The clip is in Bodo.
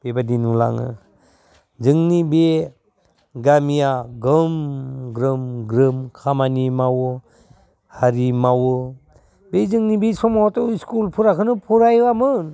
बेबायदि नुलाङो जोंनि बे गामिया ग्रोम ग्रोम ग्रोम खामानि मावो हारि मावो बे समाव जोंनि स्कुलफोराखौनो फरायामोन